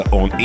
on